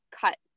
cut